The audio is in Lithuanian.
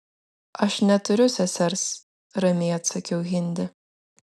aš neturiu sesers ramiai atsakiau hindi